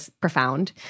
profound